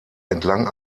entlang